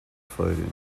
fighting